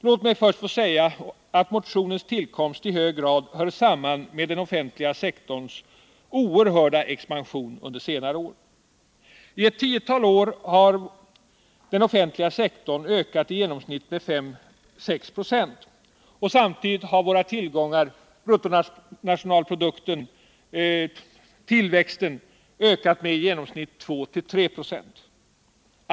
Låt mig först få säga att motionens tillkomst i hög grad hör samman med den offentliga sektorns oerhörda expansion under senare år. I ett tiotal år har den offentliga sektorn ökat med i genomsnitt 5-6 96. Samtidigt har våra tillgångar — tillväxten i bruttonationalprodukten — ökat med i genomsnitt 2-3 246.